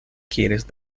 quieres